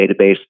database